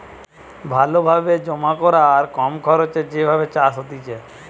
ভালো ভাবে জমা করা আর কম খরচে যে ভাবে চাষ হতিছে